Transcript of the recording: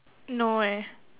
no eh